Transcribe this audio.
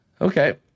Okay